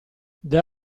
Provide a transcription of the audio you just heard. del